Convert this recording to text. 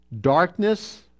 Darkness